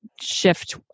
Shift